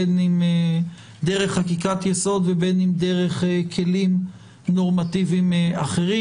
בין אם דרך חקיקת יסוד ובין אם דרך כלים נורמטיביים אחרים.